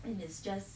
and it's just